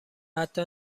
حتی